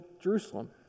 Jerusalem